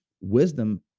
Wisdom